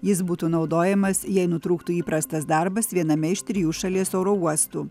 jis būtų naudojamas jei nutrūktų įprastas darbas viename iš trijų šalies oro uostų